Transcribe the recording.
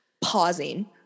pausing